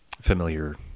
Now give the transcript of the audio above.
familiar